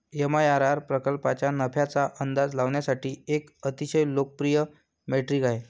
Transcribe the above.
MIRR प्रकल्पाच्या नफ्याचा अंदाज लावण्यासाठी एक अतिशय लोकप्रिय मेट्रिक आहे